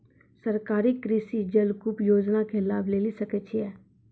सरकारी कृषि जलकूप योजना के लाभ लेली सकै छिए?